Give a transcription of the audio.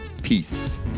peace